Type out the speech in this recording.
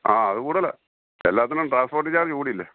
ആ അത് കൂടുതലാണ് എല്ലാത്തിനും ട്രാൻസ്പോർട്ട് ചാർജ്ജ് കൂടിയില്ലേ